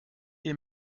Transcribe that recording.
est